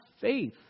faith